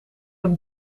een